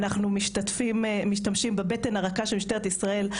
אנחנו משתמשים בבטן הרכה של משטרת ישראל.